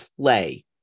play